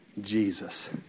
Jesus